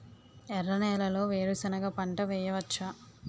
ఎర్ర నేలలో వేరుసెనగ పంట వెయ్యవచ్చా?